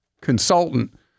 consultant